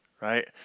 right